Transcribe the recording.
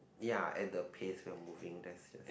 ya at the pace where moving that's just